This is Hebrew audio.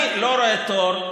אני לא רואה תור.